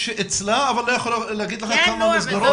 אצלה אבל לא יכולה להגיד לך כמה מסגרות יש לה?